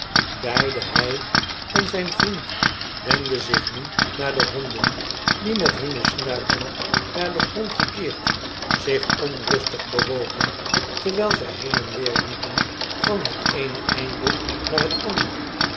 beiden hij en zgn vriend wendden zich nu naar de honden die met hunne snuiten naar den grond gekeerd zich onrustig bewogen terwgl zg heen en weer liepen van het eene einde naar het andere